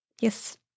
Yes